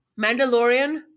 Mandalorian